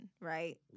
right